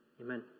amen